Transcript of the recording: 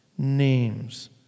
Names